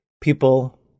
people